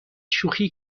شوخی